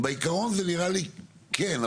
בעקרון זה נקראה לי שכן,